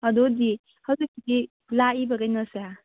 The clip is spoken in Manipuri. ꯑꯗꯨꯗꯤ ꯍꯧꯖꯤꯛꯀꯤꯗꯤ ꯂꯥꯛꯂꯤꯕꯒꯩꯅ ꯁꯦ